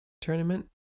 tournament